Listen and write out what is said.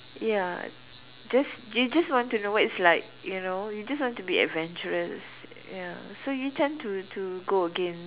ya just you just want to know what it's like you know you just want to be adventurous ya so you tend to to go against